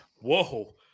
Whoa